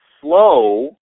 slow